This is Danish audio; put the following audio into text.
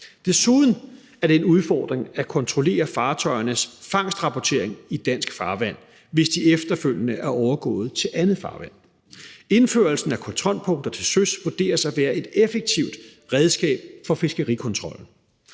Det er desuden en udfordring at kontrollere fartøjernes fangstrapportering i dansk farvand, hvis de efterfølgende er overgået til et andet farvand. Indførelsen af kontrolpunkter til søs vurderes at være et effektivt redskab for fiskerikontrollen.